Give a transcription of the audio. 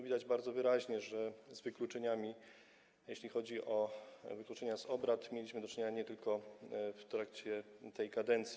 Widać bardzo wyraźnie, że z wykluczeniami, jeśli chodzi o wykluczenia z obrad, mieliśmy do czynienia nie tylko w trakcie tej kadencji.